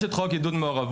יש את חוק עידוד מעורבות,